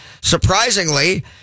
surprisingly